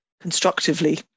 constructively